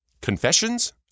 Confessions